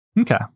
Okay